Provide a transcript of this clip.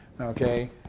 okay